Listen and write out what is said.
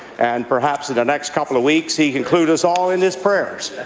and perhaps in the next couple of weeks, he'll include us all in his prayers.